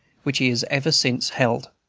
which he has ever since held.